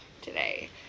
Today